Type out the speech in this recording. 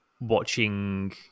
watching